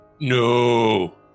No